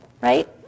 right